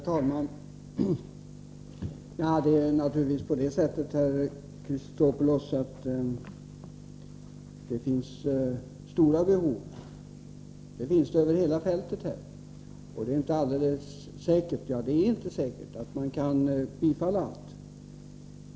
Herr talman! Det finns naturligtvis stora behov, herr Chrisopoulos, och det över hela fältet, och det är inte säkert att man kan bifalla alla önskemål.